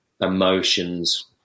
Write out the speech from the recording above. emotions